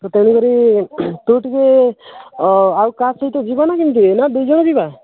ତ ତେଣୁ କରି ତୁ ଟିକେ ଆଉ କାହା ସହିତ ଯିବା ନା କେମିତି ନା ଦୁଇ ଜଣ ଯିବା